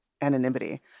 anonymity